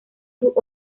sus